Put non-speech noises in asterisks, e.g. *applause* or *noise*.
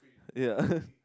ya *laughs*